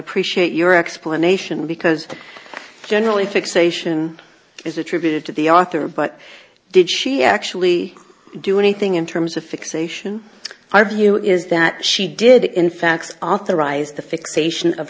appreciate your explanation because generally fixation is attributed to the author but did she actually do anything in terms of fixation i view is that she did in fact authorize the fixation of